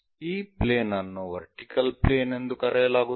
ಈ ಪ್ಲೇನ್ ಅನ್ನು vertical plane ಎಂದು ಕರೆಯಲಾಗುತ್ತದೆ